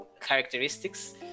characteristics